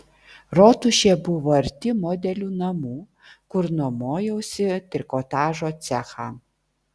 rotušė buvo arti modelių namų kur nuomojausi trikotažo cechą